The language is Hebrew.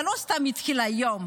זה לא סתם התחיל היום.